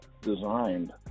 designed